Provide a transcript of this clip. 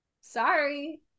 Sorry